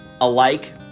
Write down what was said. alike